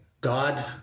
God